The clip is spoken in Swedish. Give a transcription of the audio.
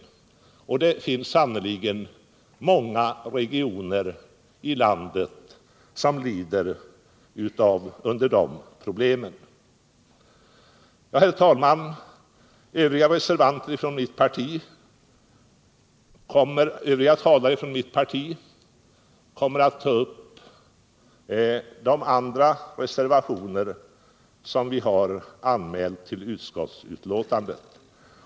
Och det finns sannerligen många regioner i landet som brottas med de problemen. Herr talman! Övriga talare från mitt parti kommer att ta upp övriga reservationer som vi har fogat vid utskottsbetänkandet.